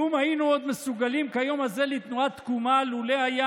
כלום היינו עוד מסוגלים כיום הזה לתנועת תקומה לולא היה